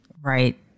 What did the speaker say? Right